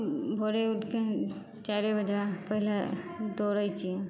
भोरे उठिके चारिए बजे पहिले दौड़ै छी